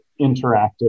interactive